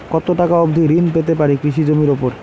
কত টাকা অবধি ঋণ পেতে পারি কৃষি জমির উপর?